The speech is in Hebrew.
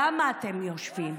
למה אתם יושבים?